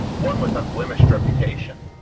one with unblemished reputation,